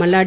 Malladi